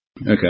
Okay